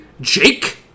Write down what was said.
Jake